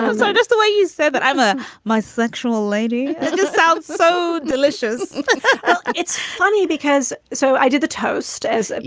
so just the way you said that i'm a my sexual lady sounds so delicious. but it's funny because so i did the toast as. and